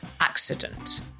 accident